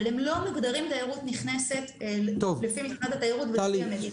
אבל הם לא מוגדרים תיירות נכנסת לפי משרד התיירות ולפי המדינה.